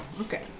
Okay